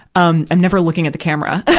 um, i'm never looking at the camera.